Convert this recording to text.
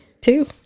Two